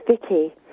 Vicky